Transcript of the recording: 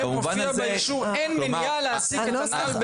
מופיע באישור: אין מניעה להעסיק את הנ"ל.